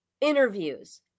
interviews